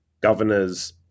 governors